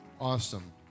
Awesome